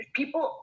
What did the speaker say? people